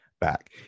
back